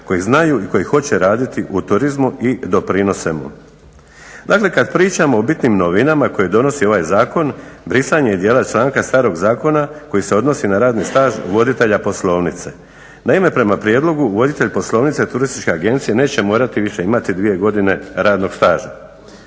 koji znaju i koji hoće raditi u turizmu i doprinose mu. Dakle, kada pričamo o bitnim novinama koje donosi ovaj zakon brisanje dijela članka starog zakona koji se odnosi na radni staž voditelja poslovnice. Naime, prema prijedlogu voditelj poslovnice turističke agencije neće morati više imati dvije godine radnog staža.